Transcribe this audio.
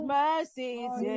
mercies